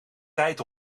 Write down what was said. tijd